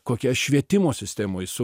kokia švietimo sistemoj su